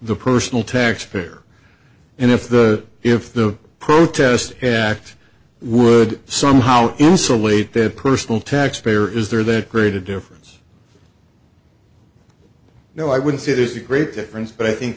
the personal tax payer and if the if the protest yakked would somehow insulate their personal taxpayer is there that great a difference now i would say there's a great difference but i think